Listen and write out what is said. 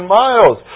miles